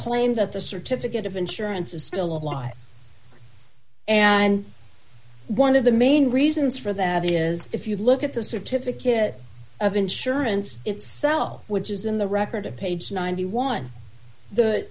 claim that the certificate of insurance is still alive and one of the main reasons for that is if you look at the certificate of insurance itself which is in the record of page ninety one